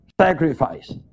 sacrifice